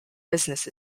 business